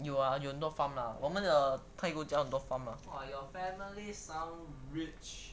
有 ah 有很多 farm 的我们的泰国家有很多 farm ah